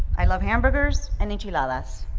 i love hamburgers and enchiladas.